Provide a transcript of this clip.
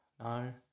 No